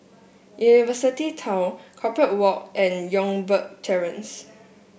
University Town Corpora Walk and Youngberg Terrace